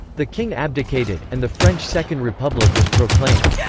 the king abdicated, and the french second republic was proclaimed.